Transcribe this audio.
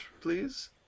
please